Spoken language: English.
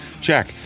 check